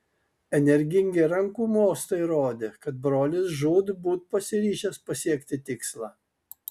energingi rankų mostai rodė kad brolis žūtbūt pasiryžęs pasiekti tikslą